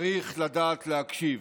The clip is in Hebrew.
צריך לדעת להקשיב,